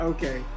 Okay